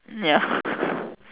ya